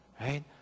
right